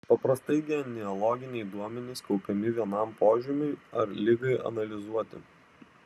paprastai genealoginiai duomenys kaupiami vienam požymiui ar ligai analizuoti